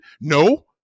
No